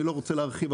אני לא רוצה להרחיב,